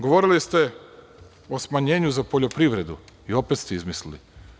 Govorili ste o smanjenju za poljoprivredu i opet ste izmislili.